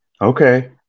Okay